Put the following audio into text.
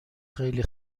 خیلی